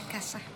בבקשה,